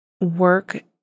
work